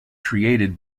created